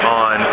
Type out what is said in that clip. on